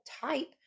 type